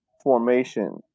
formation